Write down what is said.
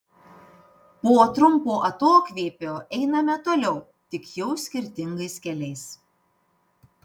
po trumpo atokvėpio einame toliau tik jau skirtingais keliais